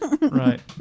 Right